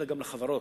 אדוני היושב-ראש,